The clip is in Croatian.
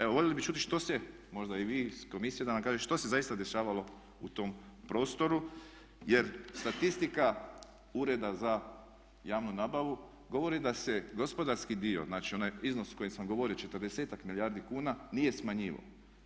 Evo, voljeli bi čuti što se možda i vi iz komisije da nam kažete što se zaista dešavalo u tom prostoru jer statistika Ureda za javnu nabavu govori da se gospodarski dio, znači onaj iznos o kojem sam govorio 40-ak milijardi kuna, nije smanjivao.